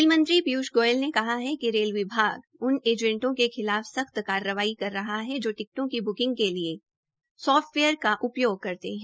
rail मंत्री पीयूष गोयल ने कहा है कि रेल विभाग उन एजेंटों के खिलाफ सख्त कार्रवाई कर रहा है जो टिकटों की ब्रिंग के लिए सॉफ्टवेयर का उपयोग करते है